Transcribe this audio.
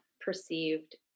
perceived